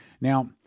Now